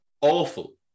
Awful